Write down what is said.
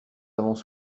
avons